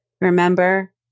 Remember